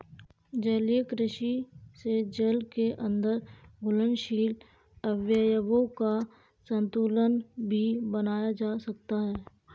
जलीय कृषि से जल के अंदर घुलनशील अवयवों का संतुलन भी बनाया जा सकता है